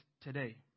today